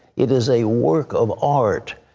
it is a work of art.